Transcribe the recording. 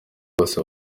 bose